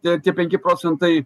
tie tie penki procentai